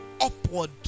upward